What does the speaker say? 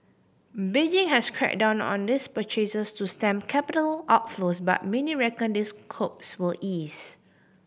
Beijing has cracked down on these purchases to stem capital outflows but many reckon those curbs will ease